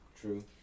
true